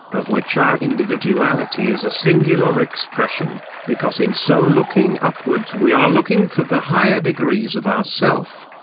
of which our individuality is a singular expression, because in so looking upwards we are looking for the higher degrees of ourself.